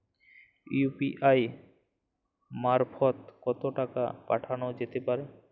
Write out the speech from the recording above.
UPI মারফত কত টাকা পাঠানো যেতে পারে?